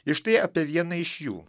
ir štai apie vieną iš jų